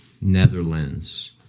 netherlands